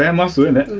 and muscle innit?